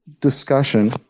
discussion